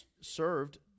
served